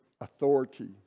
authority